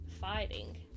fighting